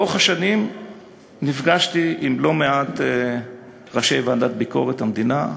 לאורך השנים נפגשתי עם לא מעט ראשי ועדת ביקורת המדינה.